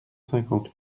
cinquante